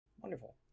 Wonderful